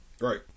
Right